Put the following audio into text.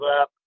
up